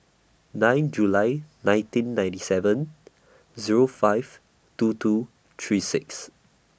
nine July nineteen ninety seven Zero five two two three six